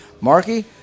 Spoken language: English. Marky